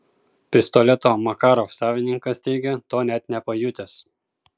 pistoleto makarov savininkas teigia to net nepajutęs